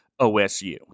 OSU